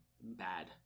bad